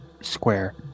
square